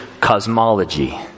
cosmology